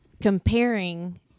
comparing